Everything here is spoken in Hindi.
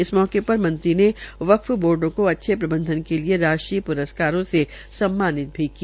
इस अवसर पर मंत्री ने वक्फ बोर्डो को अच्छे प्रबंधन के लिये राष्ट्रीय प्रस्कार से भी सम्मानित किया